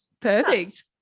Perfect